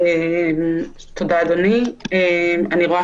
תודה, אדוני, אני רואה